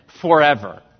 forever